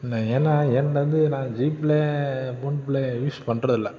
இல்லை ஏன்னா என்கிட்ட வந்து நான் ஜிப்ளே ஃபோன்ப்ளே யூஸ் பண்ணுறதில்ல